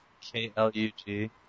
K-L-U-G